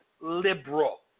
liberal